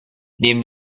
neben